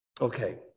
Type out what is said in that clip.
Okay